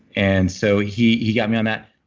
and so he he got me on that.